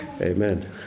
Amen